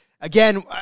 again